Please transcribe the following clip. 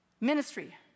Ministry